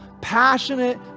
passionate